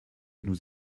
nous